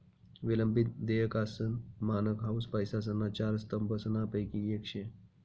विलंबित देयकासनं मानक हाउ पैसासना चार स्तंभसनापैकी येक शे